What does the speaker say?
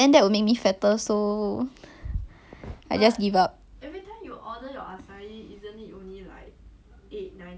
err it's eleven plus ya then plus delivery it will become thirteen plus